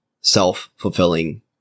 self-fulfilling